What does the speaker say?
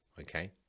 okay